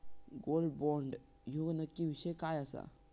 Gold bond ह्यो नक्की विषय काय आसा?